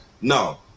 No